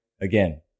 Again